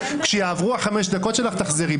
כשיעברו חמש הדקות שלך תחזרי.